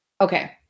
Okay